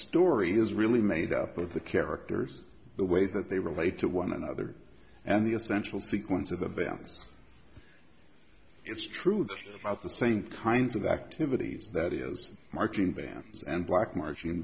story is really made up of the characters the way that they relate to one another and the essential sequence of events its truth about the same kinds of activities that is marching bands and black marching